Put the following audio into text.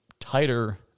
tighter